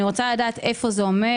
אני רוצה לדעת איפה זה עומד.